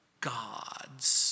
gods